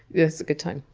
it's a good time.